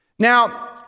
Now